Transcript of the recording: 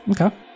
Okay